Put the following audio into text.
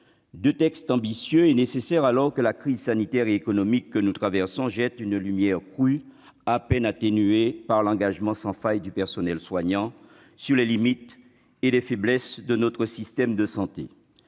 deux textes ambitieux et nécessaires, alors que la crise sanitaire et économique que nous traversons jette une lumière crue, à peine atténuée par l'engagement sans faille du personnel soignant, sur les limites et les faiblesses de notre système de santé.